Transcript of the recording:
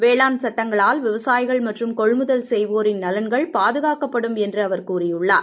வேளாண் சட்டங்களால் விவசாயிகள் மற்றும் கொள்முதல் செய்வோரின் நலன்கள் பாதுகாக்கப்படும் என்று அவர் கூறியுள்ளார்